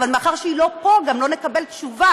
אבל מאחר שהיא לא פה, גם לא נקבל תשובה.